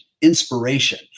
inspiration